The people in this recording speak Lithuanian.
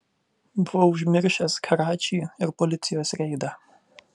buvau užmiršęs karačį ir policijos reidą